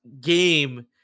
game